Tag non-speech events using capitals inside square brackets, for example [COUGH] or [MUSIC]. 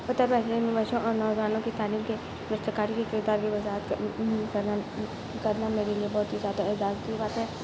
اتر پردیش میں بچوں اور نوجوانوں کی تعلیم کے [UNINTELLIGIBLE] کی کتابی وضاحت کرن کرنا میرے لیے بہت ہی زیادہ اعزاز کی بات ہے